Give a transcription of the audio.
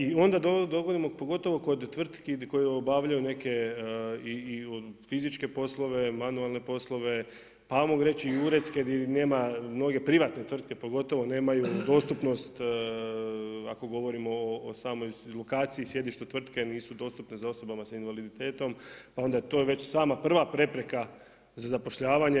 I onda dovodimo, pogotovo kod tvrtki koje obavljaju neke i fizičke poslove, manualne poslove, pa ajmo reći i uredske gdje nema, mnoge privatne tvrtke pogotovo nemaju dostupnost ako govorimo o samoj lokaciji, sjedištu tvrtke, nisu dostupne za osobe sa invaliditetom, pa onda to je već sama prva prepreka za zapošljavanje.